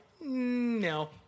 No